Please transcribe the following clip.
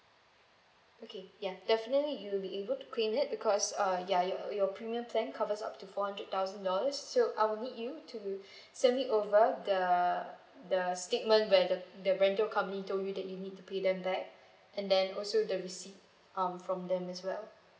okay ya definitely you will be able to claim it because uh ya your your premium plan covers up to four hundred thousand dollars so I would need you to send me over the the statement where the the rental come in told you that you need to pay them back and then also the receipt um from them as well